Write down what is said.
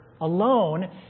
alone